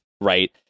right